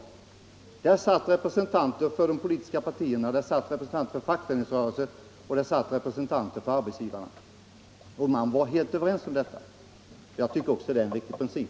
I den utredningen fanns representanter för de politiska partierna, för fackföreningsrörelsen och för arbetsgivarna. Och de var helt överens härom. Också jag tycker att det är en riktig princip.